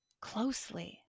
closely